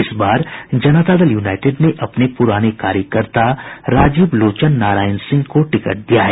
इस बार जनता दल यूनाइटेड ने अपने पूराने कार्यकर्ता राजीव लोचन नारायण सिंह को टिकट दिया है